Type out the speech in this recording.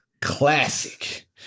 classic